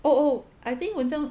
oh oh I think 文章